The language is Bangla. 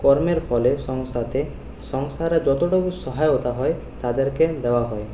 কর্মের ফলে সংস্থাতে সংস্থারা যতটুকু সহায়তা হয় তাদেরকে দেওয়া হয়